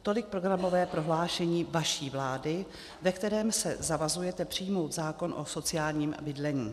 Tolik programové prohlášení vaší vlády, ve kterém se zavazujete přijmout zákon o sociálním bydlení.